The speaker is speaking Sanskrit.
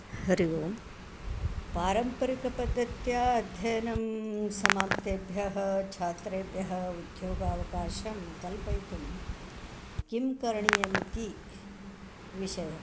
हरिः ओं पारम्परिकपद्धत्या अध्ययनं समाप्तेभ्यः छात्रेभ्यः उध्योगावकाशं कल्पयितुं किं करणीयमिति विषयः